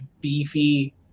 beefy